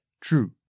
True